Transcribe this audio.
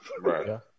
Right